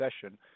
session